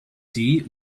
see